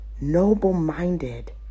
noble-minded